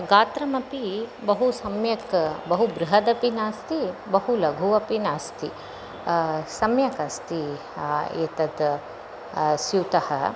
गात्रम् अपि बहु सम्यक् बहु बृहदपि नास्ति बहु लघुः अपि नास्ति सम्यक् अस्ति एतत् स्यूतः